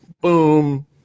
boom